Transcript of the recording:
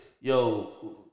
Yo